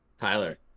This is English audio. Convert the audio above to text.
tyler